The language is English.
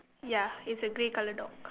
ya it's a grey colour dog